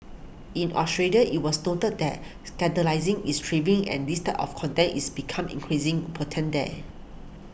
in Australia it was noted that scandalising is thriving and this type of contempt is becoming increasing potent there